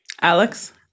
Alex